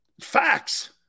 Facts